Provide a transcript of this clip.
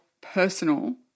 personal